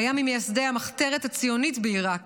והיה ממייסדי המחתרת הציונית בעיראק,